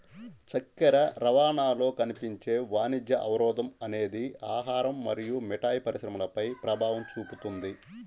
చక్కెర రవాణాలో కనిపించే వాణిజ్య అవరోధం అనేది ఆహారం మరియు మిఠాయి పరిశ్రమపై ప్రభావం చూపుతుంది